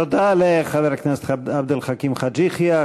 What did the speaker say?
תודה לחבר הכנסת עבד אל חכים חאג' יחיא.